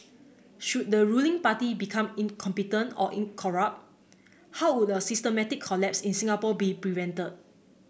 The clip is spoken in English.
should the ruling party become incompetent or in corrupt how would a systematic collapse in Singapore be prevented